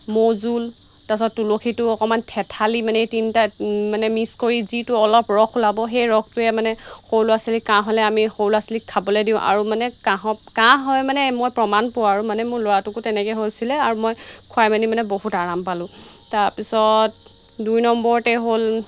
মৌ জোল তাৰপাছত তুলসীটো অকণমান থেতালি মানে তিনিটা মানে মিক্স কৰি যিটো অলপ ৰস ওলাব সেই ৰসটোৱে মানে সৰু ল'ৰা ছোৱালীক কাহ হ'লে আমি সৰু ল'ৰা ছোৱালীক খাবলৈ দিওঁ আৰু মানে কাহ কাহ হয় মানে মই প্ৰমাণ পোৱা আৰু মানে মোৰ ল'ৰাটোকো তেনেকৈ হৈছিলে আৰু মই খুৱাই মেলি মানে বহুত আৰাম পালোঁ তাৰপিছত দুই নম্বৰতে হ'ল